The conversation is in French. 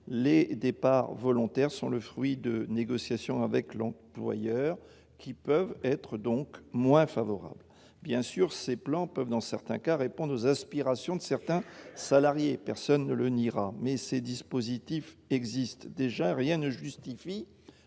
Les départs volontaires sont le fruit de négociations avec l'employeur, qui peuvent être donc moins favorable, bien sûr, ces plans peuvent dans certains cas, répondent aux aspirations de certains salariés, personne ne le niera, mais ces dispositifs existent déjà et rien ne justifie